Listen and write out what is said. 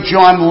John